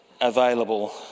available